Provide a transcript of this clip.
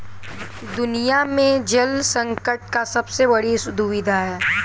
दुनिया में जल संकट का सबसे बड़ी दुविधा है